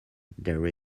there